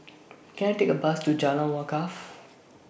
Can I Take A Bus to Jalan Wakaff